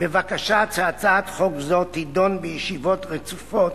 בבקשה שהצעת חוק זו תידון בישיבות רצופות